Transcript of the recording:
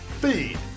feed